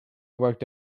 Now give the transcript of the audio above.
worked